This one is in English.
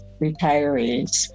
retirees